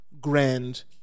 grand